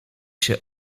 się